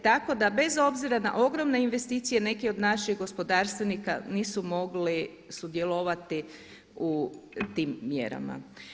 Tako da bez obzira na ogromne investicije neki od naših gospodarstvenika nisu mogli sudjelovati u tim mjerama.